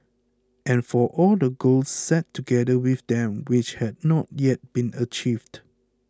and for all the goals set together with them which had not yet been achieved